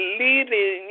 leading